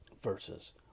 versus